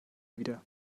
wieder